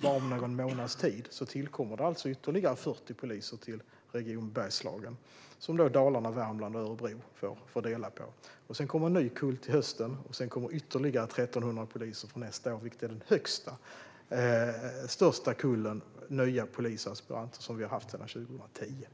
bara någon månads tid, tillkommer ytterligare 40 poliser i Region Bergslagen. Dem får alltså Dalarna, Värmland och Örebro dela på. Sedan kommer en ny kull till hösten, och nästa år kommer ytterligare 1 300 poliser. Det blir den största kullen nya polisaspiranter sedan 2010.